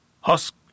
husk